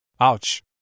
Ouch